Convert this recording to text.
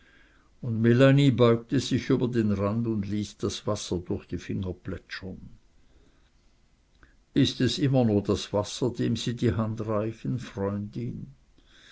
und melanie beugte sich über den rand und ließ das wasser durch ihre finger plätschern ist es immer nur das wasser dem sie die hand reichen freundin